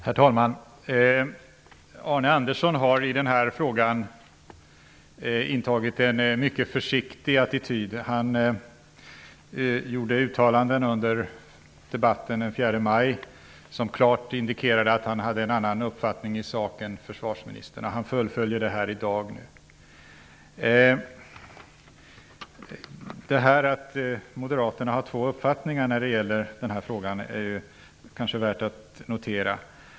Herr talman! Arne Andersson har i den här frågan intagit en mycket försiktig attityd. Han gjorde uttalanden under debatten den 4 maj som klart indikerade att han hade en annan uppfattning i sak än försvarsministern. Han fullföljer detta här i dag. Att Moderaterna har två uppfattningar när det gäller den här frågan är kanske värt att notera.